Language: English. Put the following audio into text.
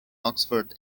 oxford